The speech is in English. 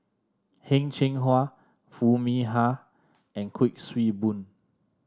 Heng Cheng Hwa Foo Mee Har and Kuik Swee Boon